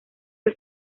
que